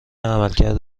عملکرد